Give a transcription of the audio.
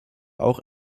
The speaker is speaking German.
auch